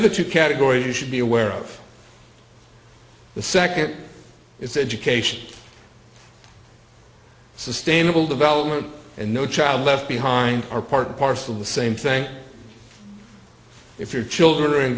other two categories you should be aware of the second is education sustainable development and no child left behind are part and parcel of the same thing if your children are in